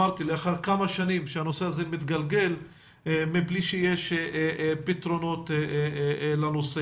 לאחר כמה שנים שהנושא הזה מתגלגל מבלי שיש פתרונות לנושא.